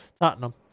tottenham